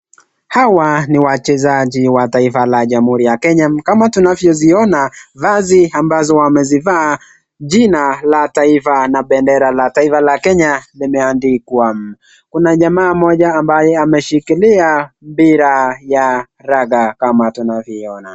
Hawa ni wachezaji wa taifa la jamuhuri ya kenya kama tunavyoiona, vazi ambazo wamezivaa jina la taifa na bendera la taifa la kenya limeandikwa. Kuna jamaa mmoja ambaye ameshikilia mpira ya raga kama tunavyoiona.